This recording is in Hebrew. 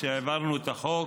כשהעברנו את החוק.